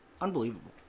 unbelievable